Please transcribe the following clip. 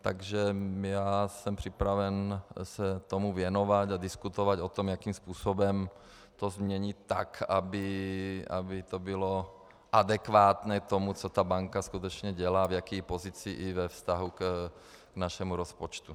Takže jsem připraven se tomu věnovat a diskutovat o tom, jakým způsobem to změnit tak, aby to bylo adekvátní tomu, co ta banka skutečně dělá, v jaké pozici i ve vztahu našemu rozpočtu.